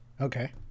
Okay